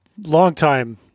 longtime